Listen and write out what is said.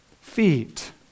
feet